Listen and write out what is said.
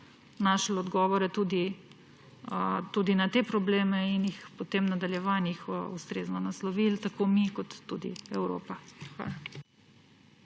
našli odgovore tudi na te probleme in jih potem v nadaljevanju ustrezno naslovili tako mi kot tudi Evropa.